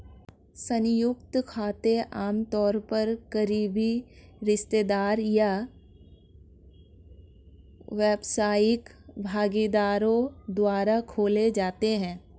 संयुक्त खाते आमतौर पर करीबी रिश्तेदार या व्यावसायिक भागीदारों द्वारा खोले जाते हैं